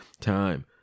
time